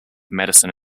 medicine